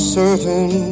certain